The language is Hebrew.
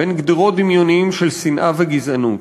בין גדרות דמיוניות של שנאה וגזענות,